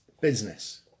Business